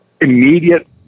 immediate